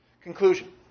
Conclusion